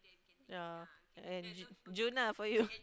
yeah and June ah June for you